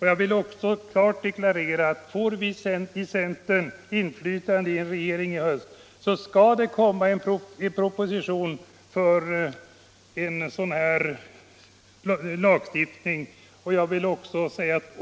Jag vill också klart deklarera: Får vi i centern inflytande i en regering i höst skall det läggas fram en proposition om ny lagstiftning.